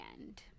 end